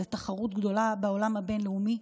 לתחרות גדולה בעולם הבין-לאומי,